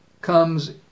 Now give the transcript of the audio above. comes